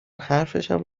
حرفشم